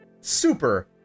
super